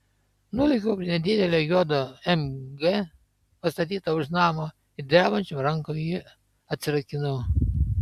nulėkiau prie nedidelio juodo mg pastatyto už namo ir drebančiom rankom jį atsirakinau